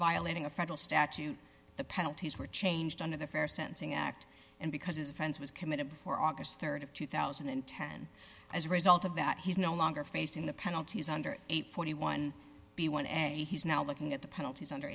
violating a federal statute the penalties were changed under the fair sentencing act and because his offense was committed before august rd of two thousand and ten as a result of that he's no longer facing the penalties under age forty one b one and he's now looking at the penalties under